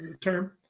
term